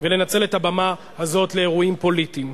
ולנצל את הבמה הזאת לאירועים פוליטיים,